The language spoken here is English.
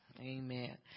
Amen